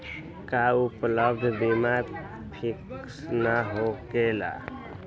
का उपलब्ध बीमा फिक्स न होकेला?